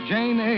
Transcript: Jane